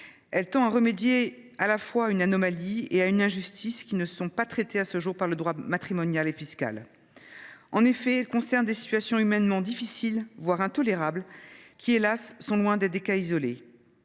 elle tend à remédier à la fois à une anomalie et à une injustice qui ne sont pas traitées à ce jour par le droit matrimonial et fiscal. En effet, elle concerne des situations humainement difficiles, voire intolérables, qui – hélas !– sont loin d’être des cas isolés.